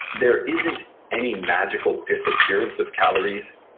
there isn't any magical disappearance of calories,